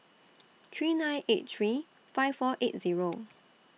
three nine eight three five four eight Zero